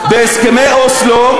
בהסכמי אוסלו,